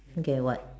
okay what